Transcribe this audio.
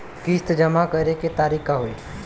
किस्त जमा करे के तारीख का होई?